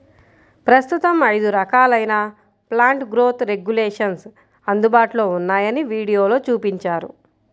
ప్రస్తుతం ఐదు రకాలైన ప్లాంట్ గ్రోత్ రెగ్యులేషన్స్ అందుబాటులో ఉన్నాయని వీడియోలో చూపించారు